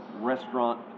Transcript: restaurant